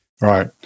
right